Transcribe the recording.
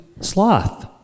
sloth